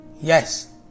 yes